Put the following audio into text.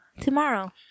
Tomorrow